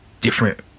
different